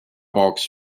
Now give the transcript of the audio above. box